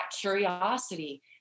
curiosity